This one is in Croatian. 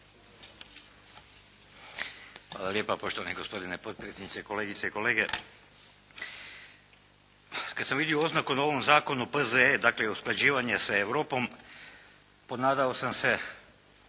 Hvala lijepa poštovani gospodine potpredsjedniče, kolegice i kolege. Kad sam vidio oznaku na ovom zakonu P.Z.E. dakle usklađivanje sa Europom ponadao sam se